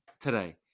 today